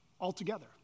altogether